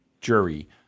jury